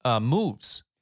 moves